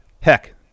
heck